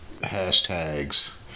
hashtags